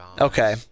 Okay